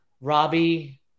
robbie